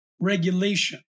regulation